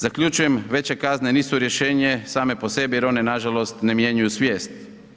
Zaključujem, veće kazne nisu rješenje same po sebi jer one, nažalost, ne mijenjaju svijest.